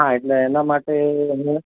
હા એટલે એના માટે એમને